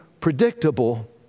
predictable